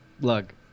Look